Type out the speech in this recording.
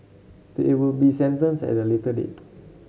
they will be sentenced at a later date